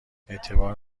اعتبار